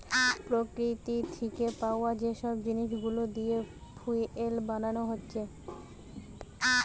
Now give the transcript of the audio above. প্রকৃতি থিকে পায়া যে সব জিনিস গুলা দিয়ে ফুয়েল বানানা হচ্ছে